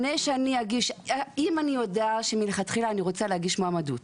אם אני יודעת שמלכתחילה אני רוצה להגיש מועמדות,